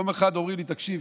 יום אחד אומרים לי: תקשיב,